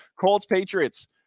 Colts-Patriots